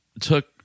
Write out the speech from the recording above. took